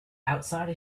outside